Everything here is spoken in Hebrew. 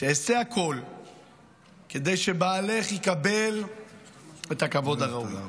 שאעשה הכול כדי שבעלך יקבל את הכבוד הראוי.